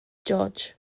george